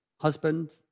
husband